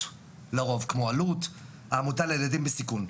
לרוב כמו אלו"ט העמותה לילדים בסיכון.